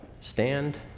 stand